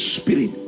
Spirit